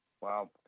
Wow